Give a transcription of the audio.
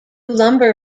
lumber